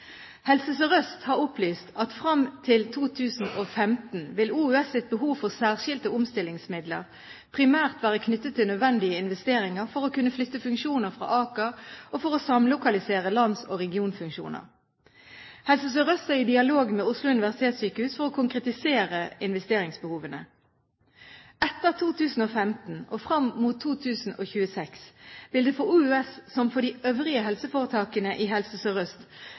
Helse Sør-Øst har opplyst at frem til 2015 vil Oslo universitetssykehus' behov for særskilte omstillingsmidler primært være knyttet til nødvendige investeringer for å kunne flytte funksjoner fra Aker og for å samlokalisere lands- og regionfunksjoner. Helse Sør-Øst er i dialog med Oslo universitetssykehus for å konkretisere investeringsbehovet. Etter 2015 og frem mot 2026 vil det for Oslo universitetssykehus, som for de øvrige helseforetakene i Helse